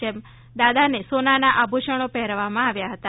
જેમાં દાદાને સોનાના આભૂષણો પહેરાવામાં આવ્યા છે